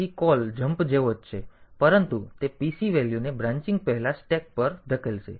તેથી call jump જેવો જ છે પરંતુ તે PC વેલ્યુને બ્રાન્ચિંગ પહેલા સ્ટેક પર પણ ધકેલશે